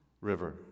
River